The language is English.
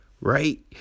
right